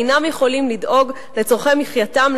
אינם יכולים לדאוג לצורכי מחייתם,